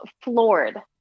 floored